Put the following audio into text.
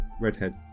redhead